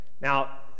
Now